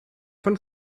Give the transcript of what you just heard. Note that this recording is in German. von